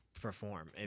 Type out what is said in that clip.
perform